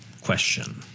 Question